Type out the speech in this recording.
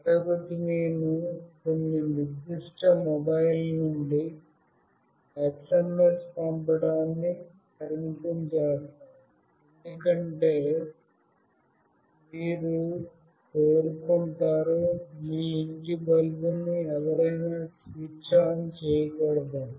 మరొకటి నేను కొన్ని నిర్దిష్ట మొబైల్నుండి SMS పంపడాన్ని పరిమితం చేస్తాను ఎందుకంటే మీరు కోరుకుంటారు మీ ఇంటి బల్బును ఎవరైనా స్విచ్ ఆన్ చేయకూడదని